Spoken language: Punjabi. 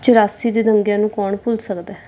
ਚੁਰਾਸੀ ਦੇ ਦੰਗਿਆਂ ਨੂੰ ਕੌਣ ਭੁੱਲ ਸਕਦਾ